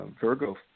virgo